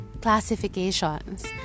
classifications